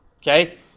Okay